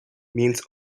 means